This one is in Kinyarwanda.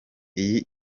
iyi